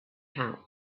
pouch